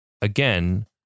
again